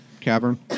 cavern